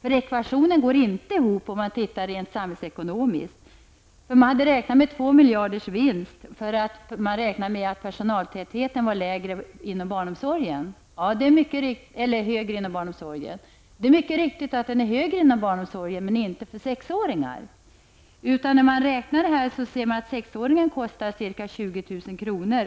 till detta. Ekvationen går nämligen inte ihop om man gör rent samhällsekonomiska beräkningar. Man hade räknat med 200 miljarders vinst. Man har då räknat med att personaltätheten är högre inom barnomsorgen. Det är riktigt att den är högre inom barnomsorgen, men inte för sexåringar. Om man räknar på detta finner man att sexåringen i barnomsorgen kostar ca 20 000 kr.